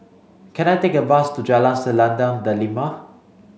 can I take a bus to Jalan Selendang Delima